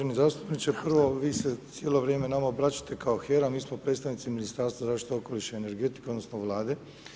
Uvaženi zastupniče, prvo vi se cijelo vrijeme nama obraćate kao HERA, a mi smo predstavnici Ministarstva zaštite okoliša i energetike odnosno Vlade.